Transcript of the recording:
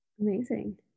Amazing